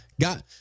Got